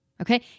okay